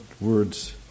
words